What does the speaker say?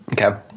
Okay